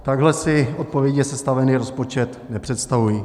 Takhle si odpovědně sestavený rozpočet nepředstavuji.